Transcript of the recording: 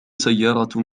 سيارة